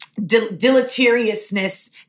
deleteriousness